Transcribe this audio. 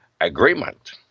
Agreement